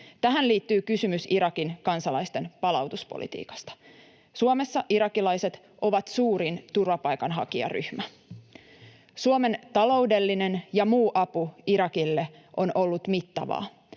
Tähän liittyy kysymys Irakin kansalaisten palautuspolitiikasta. Suomessa irakilaiset ovat suurin turvapaikanhakijaryhmä. Suomen taloudellinen ja muu apu Irakille on ollut mittavaa.